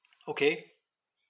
okay